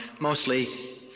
mostly